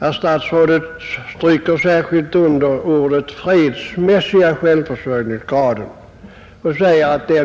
Herr statsrådet stryker särskilt under att den fredsmässiga självförsörjningsgraden